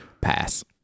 Pass